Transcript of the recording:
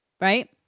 Right